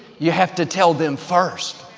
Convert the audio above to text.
you have to tell them first.